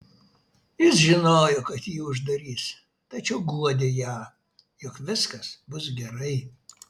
jis žinojo kad jį uždarys tačiau guodė ją jog viskas bus gerai